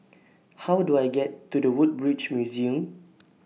How Do I get to The Woodbridge Museum